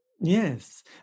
yes